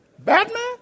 Batman